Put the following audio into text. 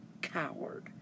coward